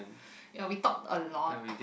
ya we talk a lot